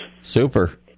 Super